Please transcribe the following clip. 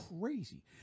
crazy